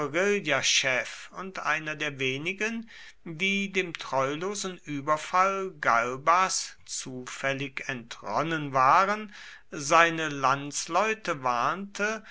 und einer der wenigen die dem treulosen überfall galbas zufällig entronnen waren seine landsleute warnte